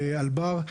באלבר,